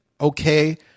Okay